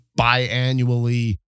biannually